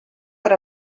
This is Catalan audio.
per